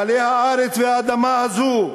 בעלי הארץ והאדמה הזו.